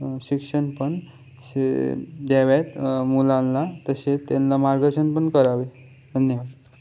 शिक्षण पण श द्याव्यात मुलांना तसे त्यांना मार्गदर्शन पण करावे धन्यवाद